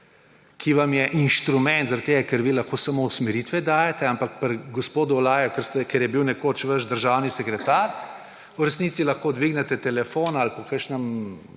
ki vam je inštrument, ker vi lahko samo usmeritve dajete. Ampak pri gospodu Olaju, ker je bil nekoč vaš državni sekretar, v resnici lahko dvignete telefon ali po kakšnem